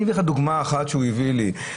אתן לך דוגמה אחת שהוא נתן לי: